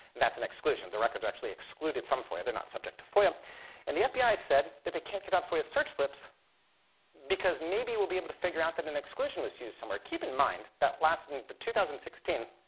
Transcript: that's an exclusion. the records are actually excluded from foia. they're not subject to foia. um and the fbi said that they can't give out foia search slips because maybe we'll be able to figure out that an exclusion was used somewhere. keep in mind that last and in two thousand and sixteen,